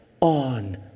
on